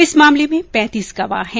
इस मामले में पैंतीस गवाह हैं